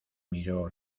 miró